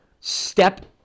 step